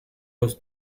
was